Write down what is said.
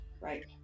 Right